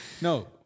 No